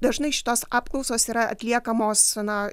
dažnai šitos apklausos yra atliekamos na